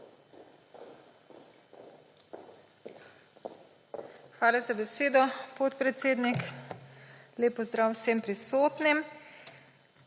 Hvala za besedo, predsednik. Lep pozdrav vsem prisotnim!